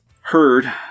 heard